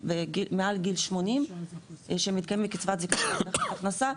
מעל גיל שמונים שמתקיימים מקצבת הכנסה,